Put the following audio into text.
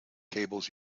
cables